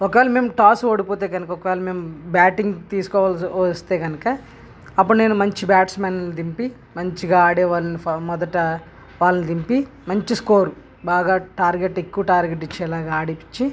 ఒకవేళ మేము టాస్ ఓడిపోతే కనుక ఒకవేళ మేము బ్యాటింగ్ తీసుకోవాల్సి వస్తే కనుక అప్పుడు నేను మంచి బ్యాట్స్మెన్ని దింపి మంచిగా ఆడేవాళ్ళని ఫా మొదట వాళ్ళని దింపి మంచి స్కోర్ బాగా టార్గెట్ ఎక్కువ టార్గెట్ ఇచ్చేలాగా ఆడించి